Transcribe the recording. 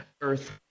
Earth